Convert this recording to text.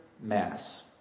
mass